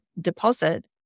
deposit